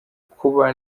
kuba